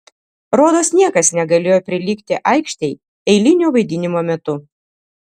rodos niekas negalėjo prilygti aikštei eilinio vaidinimo metu